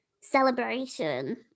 celebration